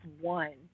one